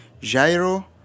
gyro